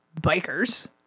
bikers